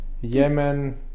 Yemen